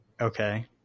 Okay